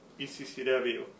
ECCW